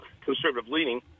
conservative-leaning